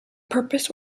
purpose